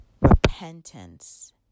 Repentance